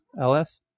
LS